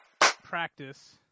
practice